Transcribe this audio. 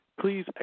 please